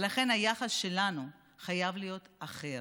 ולכן, היחס שלנו חייב להיות אחר.